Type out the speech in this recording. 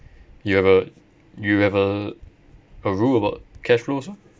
you have a you have a a rule about cash flow also